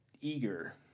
eager